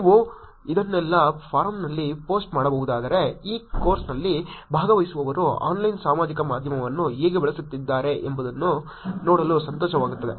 ನೀವು ಇದನ್ನೆಲ್ಲ ಫೋರಮ್ನಲ್ಲಿ ಪೋಸ್ಟ್ ಮಾಡಬಹುದಾದರೆ ಈ ಕೋರ್ಸ್ನಲ್ಲಿ ಭಾಗವಹಿಸುವವರು ಆನ್ಲೈನ್ ಸಾಮಾಜಿಕ ಮಾಧ್ಯಮವನ್ನು ಹೇಗೆ ಬಳಸುತ್ತಿದ್ದಾರೆ ಎಂಬುದನ್ನು ನೋಡಲು ಸಂತೋಷವಾಗುತ್ತದೆ